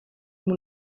moet